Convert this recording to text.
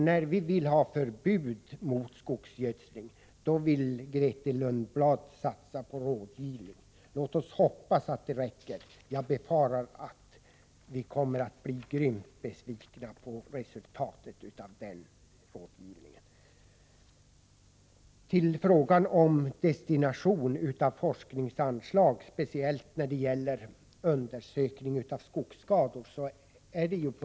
När vi vill ha förbud mot skogsgödsling, vill Grethe Lundblad satsa på rådgivning. Låt oss hoppas att det räcker. Men jag befarar att vi kommer att bli grymt besvikna på resultatet av den rådgivningen. Så till frågan om destination av forskningsanslag, speciellt när det gäller undersökning av skogsskador.